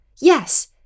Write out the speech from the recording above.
Yes